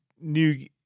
new